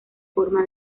forma